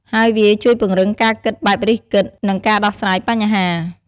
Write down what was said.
ហើយវាជួយពង្រឹងការគិតបែបរិះគិត និងការដោះស្រាយបញ្ហា។